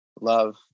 love